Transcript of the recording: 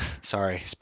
Sorry